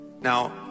Now